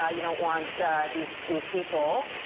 ah you don't want these these people,